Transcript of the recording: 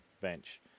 bench